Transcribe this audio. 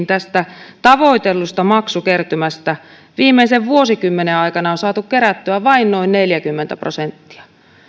tästä tavoitellusta maksukertymästä viimeisen vuosikymmenen aikana on saatu kerättyä vain noin neljäkymmentä prosenttia